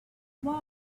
while